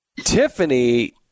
Tiffany